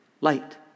light